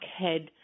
head